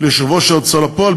ליושב-ראש ההוצאה לפועל,